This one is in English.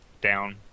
down